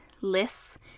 lists